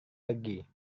pergi